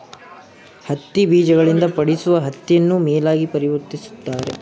ಹತ್ತಿ ಬೀಜಗಳಿಂದ ಪಡಿಸುವ ಹತ್ತಿಯನ್ನು ಮೇಲಾಗಿ ಪರಿವರ್ತಿಸುತ್ತಾರೆ